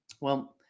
Well-